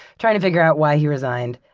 trying to figure out why he resigned.